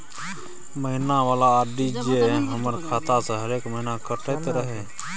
महीना वाला आर.डी जे हमर खाता से हरेक महीना कटैत रहे?